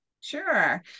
Sure